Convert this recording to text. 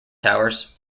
towers